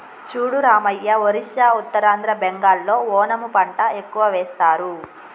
చూడు రామయ్య ఒరిస్సా ఉత్తరాంధ్ర బెంగాల్లో ఓనము పంట ఎక్కువ వేస్తారు